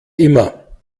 immer